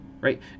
Right